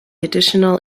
additional